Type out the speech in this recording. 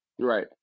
Right